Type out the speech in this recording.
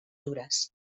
dures